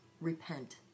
Repent